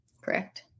Correct